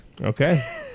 Okay